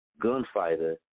gunfighter